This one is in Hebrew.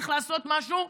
צריך לעשות משהו.